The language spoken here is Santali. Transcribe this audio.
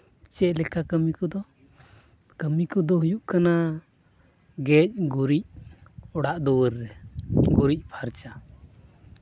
ᱪᱮᱫ ᱞᱮᱠᱟ ᱠᱟᱹᱢᱤ ᱠᱚᱫᱚ ᱠᱟᱹᱢᱤ ᱠᱚᱫᱚ ᱦᱩᱭᱩᱜ ᱠᱟᱱᱟ ᱜᱮᱡ ᱜᱩᱨᱤᱡ ᱚᱲᱟᱜ ᱫᱩᱣᱟᱹᱨ ᱨᱮ ᱜᱩᱨᱤᱡ ᱯᱷᱟᱨᱪᱟ